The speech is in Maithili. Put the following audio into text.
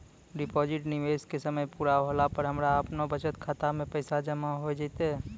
डिपॉजिट निवेश के समय पूरा होला पर हमरा आपनौ बचत खाता मे पैसा जमा होय जैतै?